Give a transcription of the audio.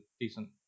decent